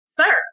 sir